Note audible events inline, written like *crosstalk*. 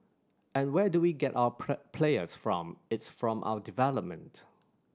and where do we get our *unintelligible* players from it's from our development